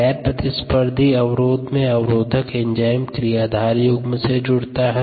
गैर प्रतिस्पर्धी अवरोध में अवरोधक एंजाइम क्रियाधार युग्म से जुड़ता है